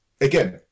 Again